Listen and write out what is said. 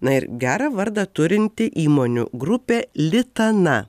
na ir gerą vardą turinti įmonių grupė litana